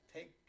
Take